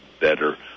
better